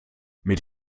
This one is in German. mit